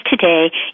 today